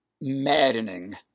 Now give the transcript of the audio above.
maddening